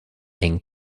eng